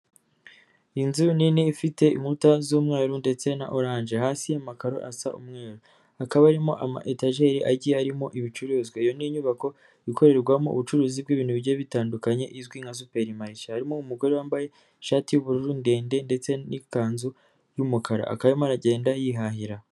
Inzu nini ifite inkuta z'umweru ndetse na oranje, hasi amakaro asa umweru hakaba harimo ama etajeri agiye arimo ibicuruzwa, iyo ni inyubako ikorerwamo ubucuruzi bw'ibintu bigiye bitandukanye izwi nka superi marishe, harimo umugore wambaye ishati y'ubururu ndende ndetse n'ikanzu y'umukara, akaba arimo aragenda yihahira.